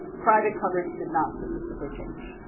private coverage did not statisticically change.